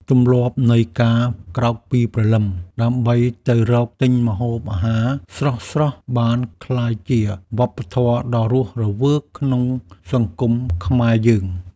ទម្លាប់នៃការក្រោកពីព្រលឹមដើម្បីទៅរកទិញម្ហូបអាហារស្រស់ៗបានក្លាយជាវប្បធម៌ដ៏រស់រវើកក្នុងសង្គមខ្មែរយើង។